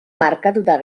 markatuta